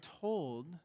told